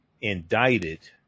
indicted